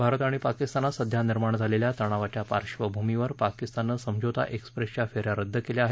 भारत आणि पाकिस्तानात सध्या निर्माण झालेल्या तणावाच्या पार्श्वभूमीवर पाकिस्ताननं समझौता एक्सप्रेसच्या फेऱ्या रद्द केल्या आहेत